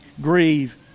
grieve